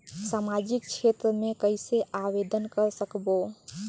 समाजिक क्षेत्र मे कइसे आवेदन कर सकबो?